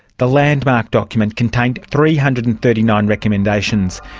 the landmark document contained three hundred and thirty nine recommendations,